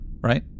right